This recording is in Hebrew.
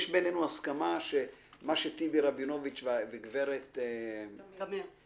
יש בינינו הסכמה שמה שטיבי רבינוביץ וגברת מיקי